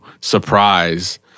surprise